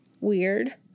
weird